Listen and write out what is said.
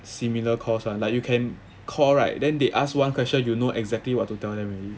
similar cause like you can call right then they ask one question you know exactly what to tell them already